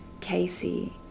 Casey